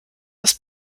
das